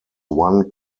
one